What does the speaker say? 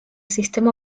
sistema